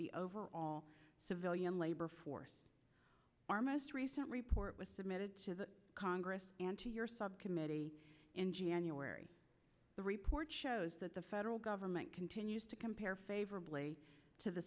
the over all civilian labor force our most recent report was submitted to the congress and to your subcommittee in january the report shows that the federal government continues to compare favorably to the